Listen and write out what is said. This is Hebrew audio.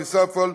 והריסה בפועל,